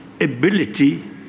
ability